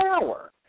power